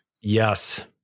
yes